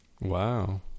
Wow